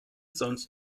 sonst